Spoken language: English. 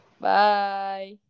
Bye